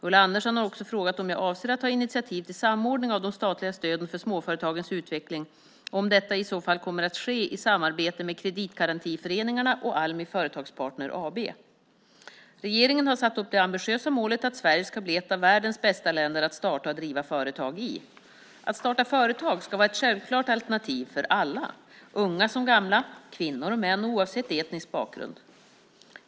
Ulla Andersson har också frågat om jag avser att ta initiativ till samordning av de statliga stöden för småföretagens utveckling och om detta i så fall kommer att ske i samarbete med kreditgarantiföreningarna och Almi Företagspartner AB. Regeringen har satt upp det ambitiösa målet att Sverige ska bli ett av världens bästa länder att starta och driva företag i. Att starta företag ska vara ett självklart alternativ för alla, unga som gamla, kvinnor och män och oavsett etnisk bakgrund.